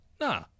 Nah